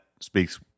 speaks